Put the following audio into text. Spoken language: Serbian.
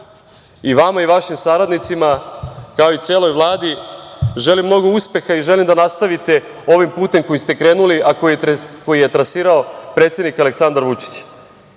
i vama i vašim saradnicima, kao i celoj Vladi želim mnogo uspeha i želim da nastavite ovim putem kojim ste krenuli, koji je trasirao predsednik Aleksandar Vučić,